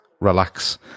relax